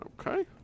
Okay